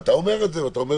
ואתה אומר את זה בגאון,